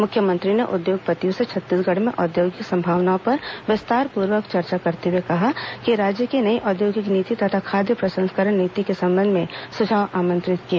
मुख्यमंत्री ने उद्योगपतियों से छत्तीसगढ़ में औद्योगिक संभावनाओं पर विस्तारपूर्वक चर्चा करते हुए राज्य की नई औद्योगिक नीति तथा खाद्य प्रसंस्करण नीति के संबंध में सुझाव आमंत्रित किए